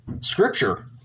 scripture